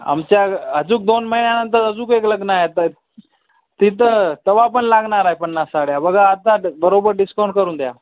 आमच्याकडं अजूक दोन महिन्यानंतर अजूक एक लग्न आहे तर तिथं तेव्हा पण लागणार आहे पन्नास साड्या बघा आता बरोबर डिस्काउंट करून द्या